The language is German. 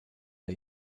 der